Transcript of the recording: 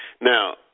Now